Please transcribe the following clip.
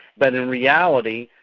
but in reality,